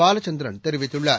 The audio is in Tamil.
பாலச்சந்திரன் தெரிவித்துள்ளார்